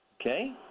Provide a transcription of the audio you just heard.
Okay